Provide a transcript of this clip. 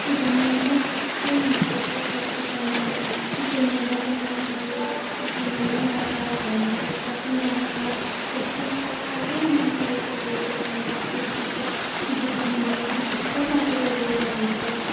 र मलाई पनि खत्रा मनपर्यो त्यो कुर्ती त मैले ट्युसन जाँदा पनि लगाउँछु ट्युसन जाँदा पनि लगाउँछु घरमा बस्दा पनि लगाउँछु एकदम साह्रै मनपर्यो त्यो कुर्ती अनि त्यो कुर्तीको दोकानवाला पनि कस्तो मजाले बोल्दोरहेछ